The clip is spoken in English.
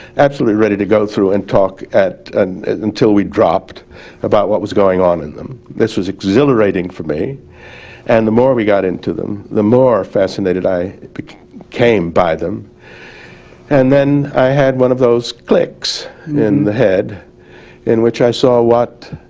absolutely ready to go through and talk and until we dropped about what was going on in them. this was exhilarating for me and the more we got into them the more fascinated i came by them and then i had one of those clicks in the head in which i saw what